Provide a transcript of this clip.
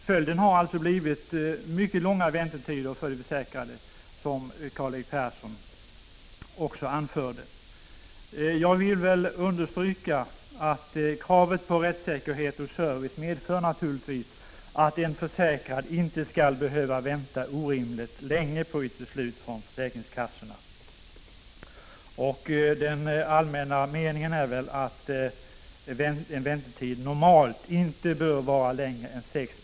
Följden har, som Karl-Erik Persson nämnde, blivit mycket långa väntetider för de försäkrade. Kravet på rättssäkerhet och service innebär att en försäkrad inte skall behöva vänta orimligt länge på ett beslut från försäkringskassan. Den allmänna meningen är väl att väntetiden normalt inte bör vara längre än sex — Prot.